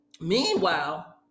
Meanwhile